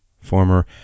former